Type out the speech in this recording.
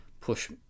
push